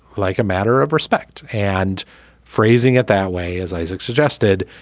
like a matter of respect and phrasing it that way, as isaac suggested,